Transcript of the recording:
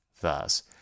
Thus